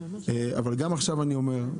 אבל גם עכשיו אני אומר,